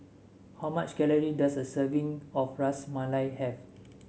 how much calories does a serving of Ras Malai have